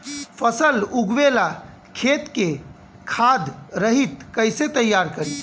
फसल उगवे ला खेत के खाद रहित कैसे तैयार करी?